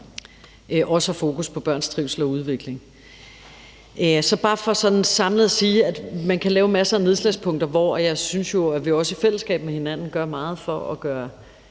fokus på børns trivsel og udvikling. Det er bare for sådan samlet at sige, at man kan lave masser af nedslagspunkter, hvor jeg synes at vi jo også i fællesskab med hinanden gør meget for at give